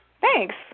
Thanks